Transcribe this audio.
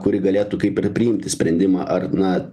kuri galėtų kaip ir priimti sprendimą ar na